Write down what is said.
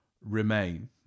Remain